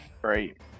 Great